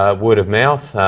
ah word of mouth.